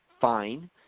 fine